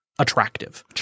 attractive